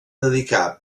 dedicar